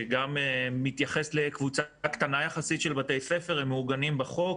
שגם מתייחס לקבוצה קטנה יחסית של בתי ספר והם מעוגנים בחוק.